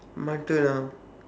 but the